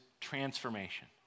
transformation